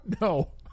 no